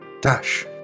Dash